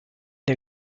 der